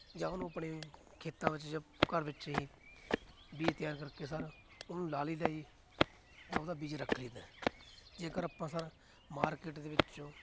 ਜਾਂ ਉਹਨੂੰ ਆਪਣੇ ਖੇਤਾਂ ਵਿੱਚ ਜਾਂ ਘਰ ਵਿੱਚ ਹੀ ਬੀਜ ਤਿਆਰ ਕਰਕੇ ਸਰ ਉਸਨੂੰ ਲਗਾ ਲਈਦਾ ਜੀ ਅਤੇ ਉਸਦਾ ਬੀਜ ਰੱਖ ਲਈਦਾ ਜੇਕਰ ਆਪਾਂ ਸਰ ਮਾਰਕੀਟ ਦੇ ਵਿੱਚ